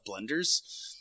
blenders